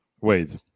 wait